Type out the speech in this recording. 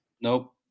Nope